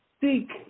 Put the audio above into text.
seek